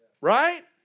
Right